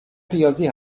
ریاضی